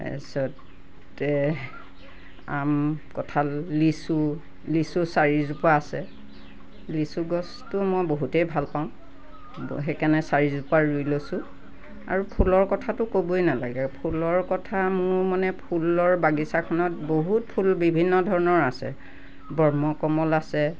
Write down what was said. তাৰপিছতে আম কঁঠাল লিচু লিচু চাৰিজোপা আছে লিচু গছটো মই বহুতে ভাল পাওঁ সেই কাৰণে চাৰিজোপা ৰুই লৈছোঁ আৰু ফুলৰ কথাটো ক'বই নালাগে ফুলৰ কথা মোৰ মানে ফুলৰ বাগিচাখনত বহুত ফুল বিভিন্ন ধৰণৰ আছে ব্ৰহ্ম কমল আছে